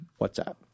WhatsApp